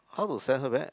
how to send her back